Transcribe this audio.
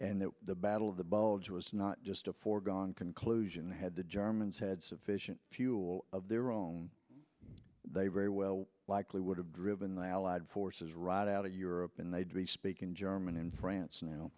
and that the battle of the bulge was not just a foregone conclusion had the germans had sufficient fuel of their own they very well likely would have driven the allied forces right out of europe and they'd be speaking german in france now